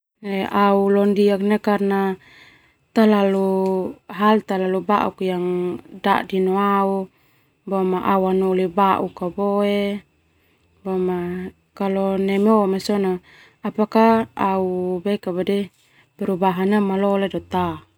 Karna hal talalu bauk dadi neu au, au anoli bauk boe. Boma kalo neme o sona au perubahan ia malole do ta.